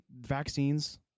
vaccines